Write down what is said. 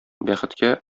бәхеткә